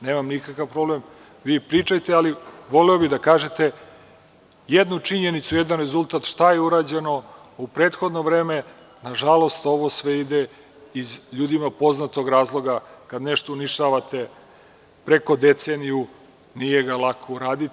Nemam nikakav problem vi pričajte, ali voleo bih da kažete jednu činjenicu, jedan rezultat šta je urađeno u prethodno vreme, nažalost ovo sve ide iz ljudima poznatog razloga, kada nešto uništavate preko deceniju, nije ga lako uraditi.